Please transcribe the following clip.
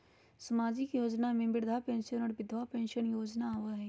सामाजिक योजना में वृद्धा पेंसन और विधवा पेंसन योजना आबह ई?